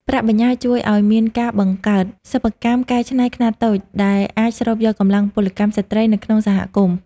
ប្រាក់បញ្ញើជួយឱ្យមានការបង្កើត "សិប្បកម្មកែច្នៃខ្នាតតូច" ដែលអាចស្រូបយកកម្លាំងពលកម្មស្ត្រីនៅក្នុងសហគមន៍។